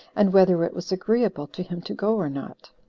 and whether it was agreeable to him to go or not.